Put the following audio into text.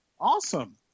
awesome